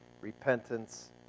repentance